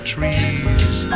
trees